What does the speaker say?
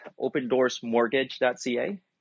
opendoorsmortgage.ca